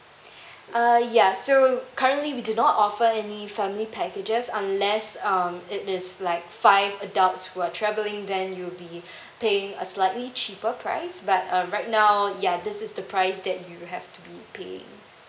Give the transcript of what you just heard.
uh ya so currently we do not offer any family packages unless um it is like five adults who are travelling then you'll be paying a slightly cheaper price but uh right now ya this is the price that you have to be paying